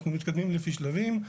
אנחנו מתקדמים לפי שלבים,